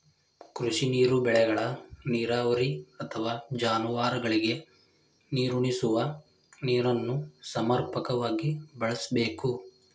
ಕೃಷಿ ನೀರು ಬೆಳೆಗಳ ನೀರಾವರಿ ಅಥವಾ ಜಾನುವಾರುಗಳಿಗೆ ನೀರುಣಿಸುವ ನೀರನ್ನು ಸಮರ್ಪಕವಾಗಿ ಬಳಸ್ಬೇಕು